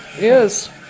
Yes